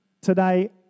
today